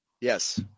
Yes